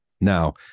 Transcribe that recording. Now